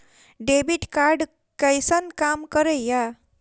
Debit card कैसन काम करेया?